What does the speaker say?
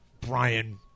Brian